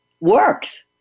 works